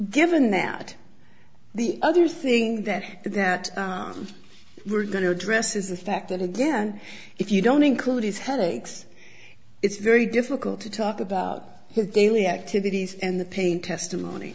given that the other thing that that we're going to address is the fact that again if you don't include his headaches it's very difficult to talk about his daily activities and the pain testimony